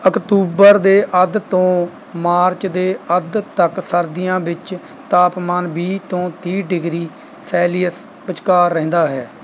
October ਦੇ ਅੱਧ ਤੋਂ ਮਾਰਚ ਦੇ ਅੱਧ ਤੱਕ ਸਰਦੀਆਂ ਵਿੱਚ ਤਾਪਮਾਨ ਵੀਹ ਤੋਂ ਤੀਹ ਡਿਗਰੀ ਸੈਲੀਅਸ ਵਿਚਕਾਰ ਰਹਿੰਦਾ ਹੈ